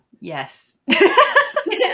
Yes